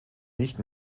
nicht